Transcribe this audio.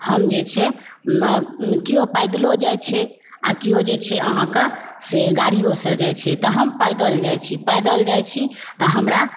हम जे छै केओ पैदलो जाय छै आ केओ जे छै अहाँकऽसे गाड़ियोंसँ जैत छै तऽ हम पैदल जाय छी पैदल जाय छी तऽ हमरा